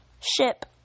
ship